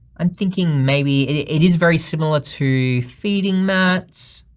i'm thinking maybe it is very similar to feeding mats.